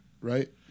Right